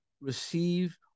receive